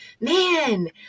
Man